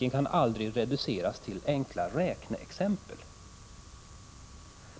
Den kan aldrig reduceras till enkla räkneexempel.